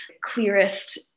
clearest